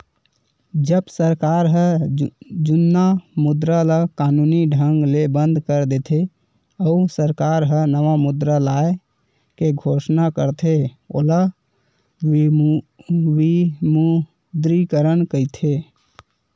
जब सरकार ह जुन्ना मुद्रा ल कानूनी ढंग ले बंद कर देथे, अउ सरकार ह नवा मुद्रा लाए के घोसना करथे ओला विमुद्रीकरन कहिथे